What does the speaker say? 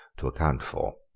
to account for.